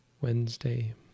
Wednesday